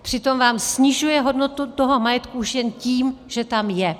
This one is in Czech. Přitom vám snižuje hodnotu toho majetku už jen tím, že tam je.